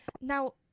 Now